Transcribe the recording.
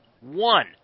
one